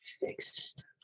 fixed